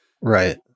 Right